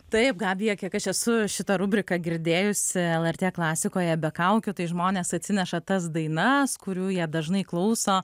taip gabija kiek aš esu šitą rubriką girdėjusi lrt klasikoje be kaukių tai žmonės atsineša tas dainas kurių jie dažnai klauso